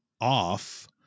off